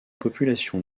population